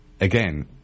again